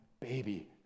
baby